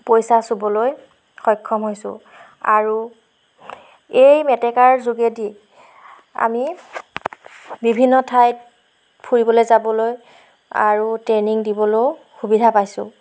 পইচা চুবলৈ সক্ষম হৈছোঁ আৰু এই মেটেকাৰ যোগেদি আমি বিভিন্ন ঠাইত ফুৰিবলৈ যাবলৈ আৰু ট্ৰেইনিং দিবলৈও সুবিধা পাইছোঁ